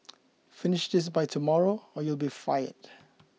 finish this by tomorrow or else you'll be fired